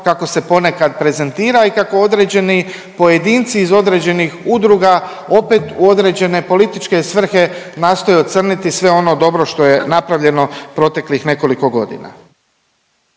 kako se ponekad prezentira i kako određeni pojedinci iz određenih udruga, opet u određene političke svrhe nastoje ocrniti sve ono dobro što je napravljeno proteklih nekoliko godina.